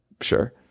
Sure